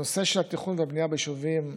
הנושא של התכנון והבנייה ביישובים הלא-יהודיים,